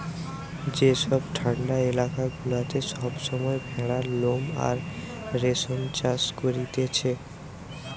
যেসব ঠান্ডা এলাকা গুলাতে সব সময় ভেড়ার লোম আর রেশম চাষ করতিছে